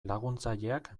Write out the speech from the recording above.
laguntzaileak